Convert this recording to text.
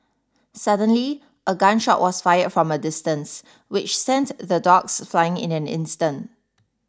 suddenly a gun shot was fired from a distance which sent the dogs fleeing in an instant